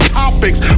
topics